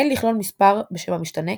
אין לכלול מספר בשם המשתנה,